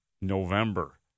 November